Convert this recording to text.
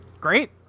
Great